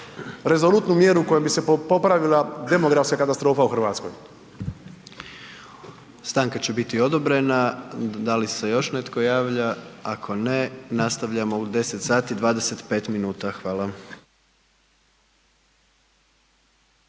rezolutnu mjeru kojom bi se popravila demografska katastrofa u Hrvatskoj. **Jandroković, Gordan (HDZ)** Stanka će biti odobrena. Da li se još netko javlja? Ako ne, nastavljamo u 10 sati, 25 minuta. Hvala.